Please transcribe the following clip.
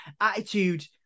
attitude